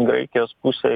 graikijos pusėj